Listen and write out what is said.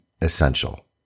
essential